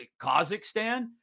Kazakhstan